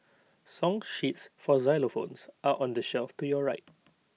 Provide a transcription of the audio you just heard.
song sheets for xylophones are on the shelf to your right